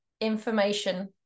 information